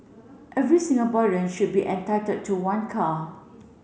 every Singaporean should be entitled to one car